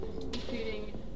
including